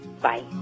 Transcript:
Bye